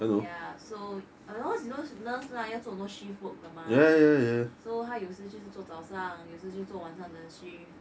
ya so those nurse lah 要做很多 shift work 的 mah so 他有时就是做早上有事就做晚上的 shift